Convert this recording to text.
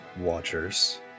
watchers